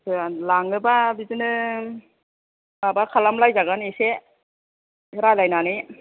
लाङोबा बिदिनो माबा खालामलायजागोन एसे रालायनानै